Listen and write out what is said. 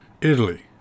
Italy